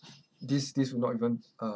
this this will not even uh